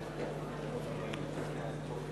אנחנו דומים לנורבגיה?